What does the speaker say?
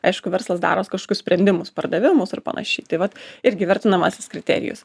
aišku verslas daros kažkokius sprendimus pardavimus ir panašiai tai vat irgi vertinamasis kriterijus